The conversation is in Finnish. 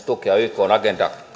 tukea ykn agenda